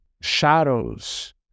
shadows